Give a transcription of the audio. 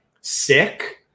sick